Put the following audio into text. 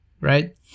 Right